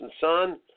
son